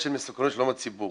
את שלום הציבור.